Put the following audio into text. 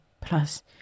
plus